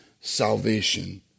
salvation